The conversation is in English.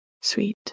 sweet